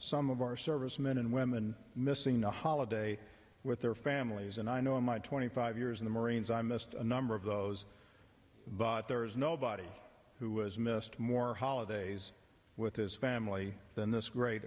some of our servicemen and women missing the holiday with their families and i know in my twenty five years in the marines i missed a number of those but there is nobody who has missed more holidays with his family than this great